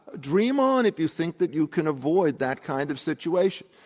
dream on if you think that you can avoid that kind of situation.